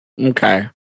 Okay